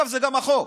דרך אגב, זה גם החוק.